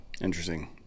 Interesting